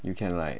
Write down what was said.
you can like